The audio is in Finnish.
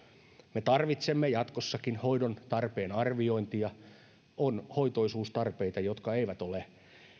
me tarvitsemme jatkossakin hoidon tarpeen arviointia on hoitoisuustarpeita joita ei ole